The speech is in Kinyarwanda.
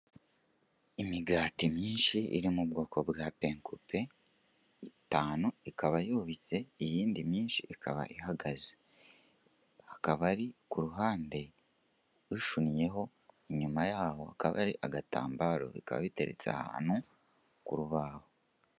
Imigati myinshi iri mu bwoko bwa penkupe itantu ikaba yubitse iyindi myinshi ikaba ihagaze. Hakaba ari ku ruhande ushunnyeho inyuma yaho hakaba hari agatambaro bikaba biteretse ahantu ku rubaho.